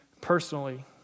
personally